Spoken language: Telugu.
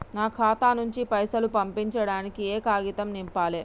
నా ఖాతా నుంచి పైసలు పంపించడానికి ఏ కాగితం నింపాలే?